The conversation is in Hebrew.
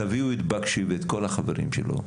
תביאו את בקשי ואת כל החברים שלו,